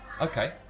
Okay